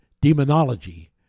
demonology